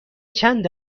چند